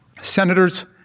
Senators